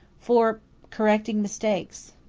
for kerrecting mistakes.